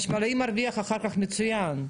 חשמלאי מרוויח אחר כך מצוין,